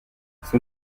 son